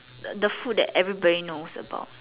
the food that everybody knows about